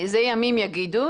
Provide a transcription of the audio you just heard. זה ימים יגידו.